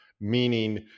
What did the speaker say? meaning